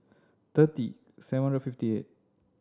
thirty seven hundred fifty eight